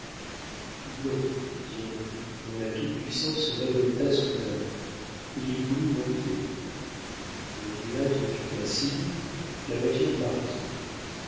non dit henri dont la toute-puissance se révolta soudain et il voulut monter le mulâtre fit un signe la voiture partit